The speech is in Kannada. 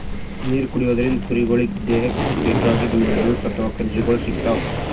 ನೀರ್ ಕುಡಿಯೋದ್ರಿಂದ್ ಕುರಿಗೊಳಿಗ್ ದೇಹಕ್ಕ್ ಬೇಕಾಗಿದ್ದ್ ಮಿನರಲ್ಸ್ ಅಥವಾ ಖನಿಜಗಳ್ ಸಿಗ್ತವ್